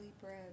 bread